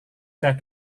saya